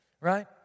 Right